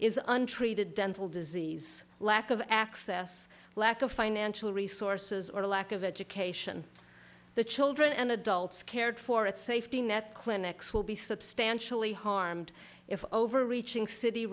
is untreated dental disease lack of access lack of financial resources or the lack of education the children and adults cared for its safety net clinics will be substantially harmed if overreaching city